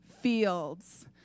fields